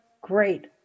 great